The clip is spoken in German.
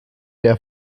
der